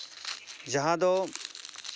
ᱡᱟᱦᱟᱸ ᱫᱚ